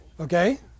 Okay